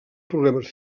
problemes